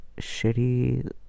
shitty